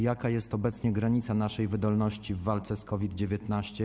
Jaka jest obecnie granica naszej wydolności w walce z COVID-19?